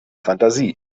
fantasie